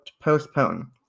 postpone